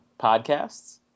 podcasts